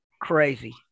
crazy